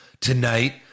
Tonight